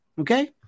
okay